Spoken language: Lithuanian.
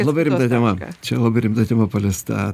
labai rimta tema čia labai rimta tema paliesta